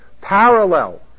parallel